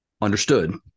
understood